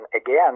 again